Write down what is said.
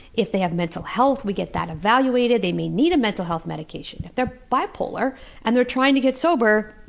if they have mental health, we get that evaluated. they may need a mental health medication if they're bipolar and they're trying to get sober,